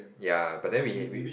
ya but then we ha~ we